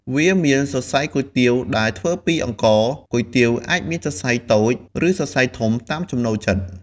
វាមានសរសៃគុយទាវដែលធ្វើពីអង្ករ គុយទាវអាចមានសរសៃតូច ឬសរសៃធំតាមចំណូលចិត្ត។